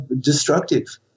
destructive